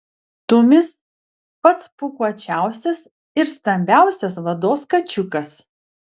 tumis pats pūkuočiausias ir stambiausias vados kačiukas